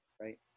right